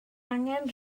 angen